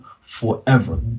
forever